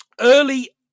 Early